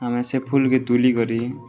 ଆମେ ସେ ଫୁଲକେ ତୁଲି କରି